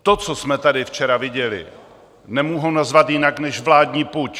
To, co jsme tady včera viděli, nemohu nazvat jinak než vládní puč.